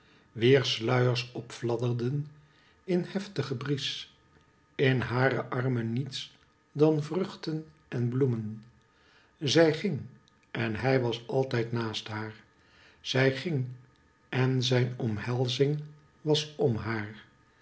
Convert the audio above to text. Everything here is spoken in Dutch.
wier sluiers opfladderden in heftige bries in hare armen niets dan vruchten en bloemen zij ging en hij was altijd naast haar zij ging en zijn omhelzing was m haar